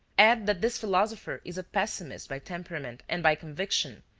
add that this philosopher is a pessimist by temperament and by conviction,